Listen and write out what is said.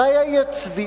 הבעיה היא צביעות.